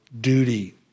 duty